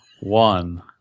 one